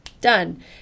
done